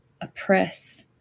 oppress